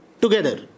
together